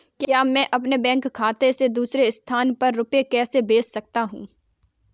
मैं अपने बैंक खाते से दूसरे स्थान पर रुपए कैसे भेज सकता हूँ?